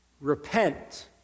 Repent